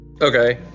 Okay